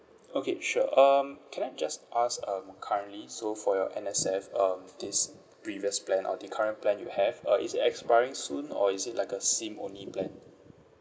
okay sure um can I just ask um currently so for your N_S_F um this previous plan or the current plan you have uh is it expiring soon or is it like a SIM only plan